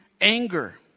anger